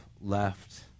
left